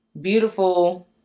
beautiful